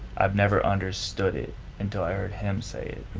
i've never understood it until i heard him say it.